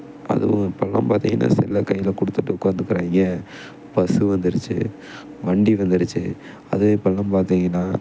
அதுவும் இப்போல்லாம் பார்த்திங்கன்னா செல்லை கையில் கொடுத்துட்டு உக்கார்ந்துக்கிறாய்ங்க பஸ்ஸு வந்துடுச்சு வண்டி வந்துடுச்சு அதுவும் இப்போல்லாம் பார்த்திங்கன்னா